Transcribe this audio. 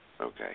Okay